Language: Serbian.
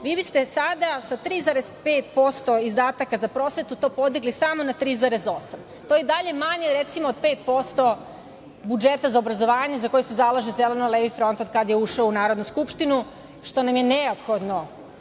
vi biste sada sa 3,5% izdataka za prosvetu to podigli samo na 3,8%. To je i dalje manje recimo od 5% budžeta za obrazovanje za koje se zalaže Zeleno-levi front od kada je ušao u Narodnu skupštinu, što nam je neophodno. Naravno,